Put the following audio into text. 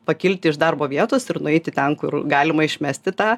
pakilti iš darbo vietos ir nueiti ten kur galima išmesti tą